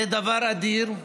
זה דבר אדיר,